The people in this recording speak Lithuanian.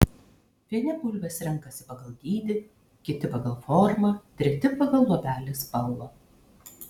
vieni bulves renkasi pagal dydį kiti pagal formą treti pagal luobelės spalvą